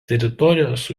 teritorijos